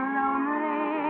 lonely